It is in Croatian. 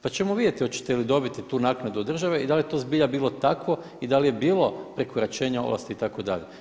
To ćemo vidjeti da li ćete dobiti tu naknadu od države i da li je to zbilja bilo tako i da li je bilo prekoračenja ovlasti itd.